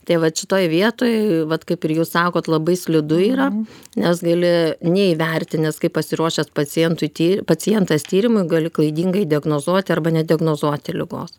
tai vat šitoj vietoj vat kaip ir jūs sakot labai slidu yra nes gali neįvertinęs kaip pasiruošęs pacientui ty pacientas tyrimui gali klaidingai diagnozuoti arba nediagnozuoti ligos